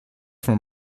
from